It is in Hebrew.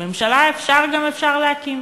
ממשלה אפשר גם אפשר להקים.